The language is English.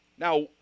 Now